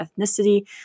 ethnicity